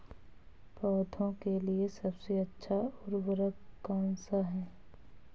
पौधों के लिए सबसे अच्छा उर्वरक कौनसा हैं?